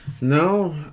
No